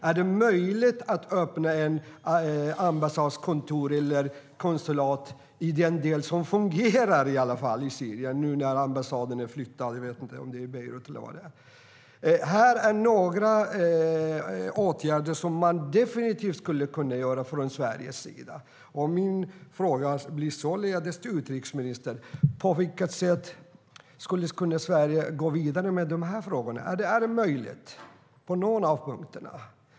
Är det möjligt att öppna ett ambassadkontor eller ett konsulat i den del som fungerar i Syrien nu när ambassaden är flyttad till om det är Beirut? Det är några av de åtgärder som man definitivt skulle kunna vidta från Sveriges sida. Jag vill därför fråga utrikesministern: På vilket sätt skulle Sverige kunna gå vidare med dessa frågor? Är det möjligt på någon av punkterna?